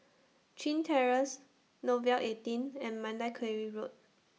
Chin Terrace Nouvel eighteen and Mandai Quarry Road